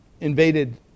invaded